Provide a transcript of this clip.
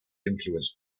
influenced